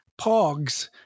Pogs